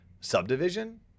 subdivision